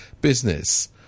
business